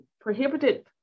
prohibited